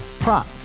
Prop